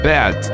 Bad